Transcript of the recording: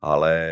Ale